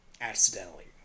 accidentally